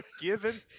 given